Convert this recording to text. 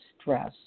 stress